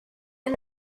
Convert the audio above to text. and